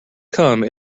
come